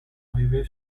arrivée